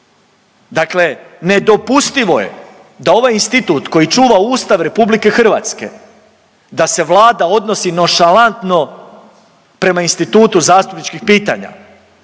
Dakle nedopustivo je da ovaj institut koji čuva Ustav RH da se Vlada odnosi nonšalantno prema institutu zastupničkih pitanja.